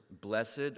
Blessed